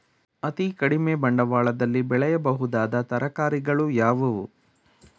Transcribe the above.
ಅತೀ ಕಡಿಮೆ ಬಂಡವಾಳದಲ್ಲಿ ಬೆಳೆಯಬಹುದಾದ ತರಕಾರಿಗಳು ಯಾವುವು?